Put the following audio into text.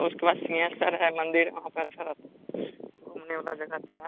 उसके बाद सिंहेस्वर है मंदिर वहाँ पर अच्छा रहता घूमने वाला जगह अच्छा है